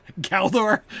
Galdor